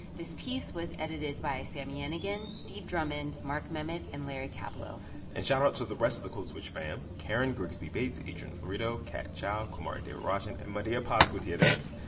this piece was edited by sami yenigun, steve drummond, mark memmott and larry kaplow and shout-out to the rest of the code switch fam karen grigsby bates, adrian florido, kat chow, kumari devarajan and maria paz gutierrez.